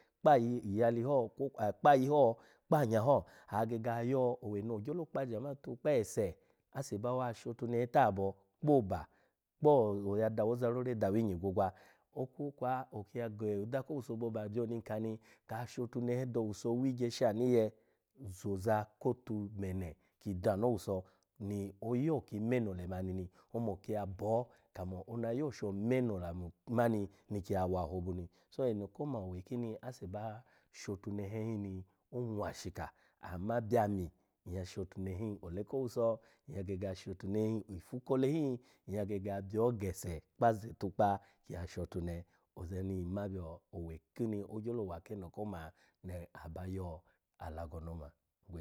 Kpa ayi, iyali ho kwokwa kpa ayi ho kpa anya ho, agege ayo owe no gyolo kpa ajama tukpa ese, ase bawa shotune he tabo kpo oba kpo oya dawo oza rore kpi inyi gwogwa, okwokwa okiya go oda ko owusa boba byoni nkani ga shotunehe do owuso wigye shanu iye zoza kotu mene ki dano owuso ni oyo ki mene lemani ni onu oki ya bo kamo ona yo sho omeno lamu mani niki yawa ohobu ni. So, eno koma owe kini ase ba shotunehe hin ni onwashika ama bya ami, nyya shotunehe hin ole ko owuso, nyya gege ya shotunehe hin ifu kole hin, nyya gege abyo gese kpa ase tukpa ki ya shotunehe oza ni nma byo owe kini ogyolo wa keno koma aba yo alago no oma.